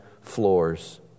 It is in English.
floors